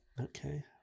Okay